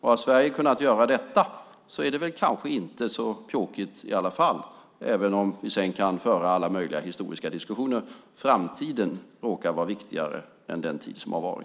Har Sverige kunnat göra detta är det kanske inte så pjåkigt i alla fall, även om man sedan kan föra alla möjliga historiska diskussioner. Framtiden råkar vara viktigare än den tid som har varit.